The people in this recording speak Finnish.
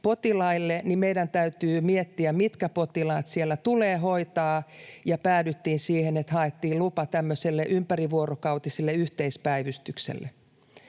meidän täytyy miettiä, mitkä potilaat siellä tulee hoitaa, ja päädyttiin siihen, että haettiin lupa tämmöiselle ympärivuorokautiselle yhteispäivystykselle.